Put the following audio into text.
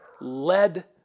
led